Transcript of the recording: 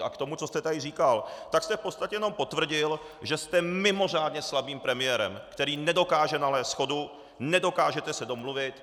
A k tomu, co jste tady říkal, tak jste v podstatě jenom potvrdil, že jste mimořádně slabým premiérem, který nedokáže nalézt shodu, nedokážete se domluvit.